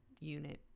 unit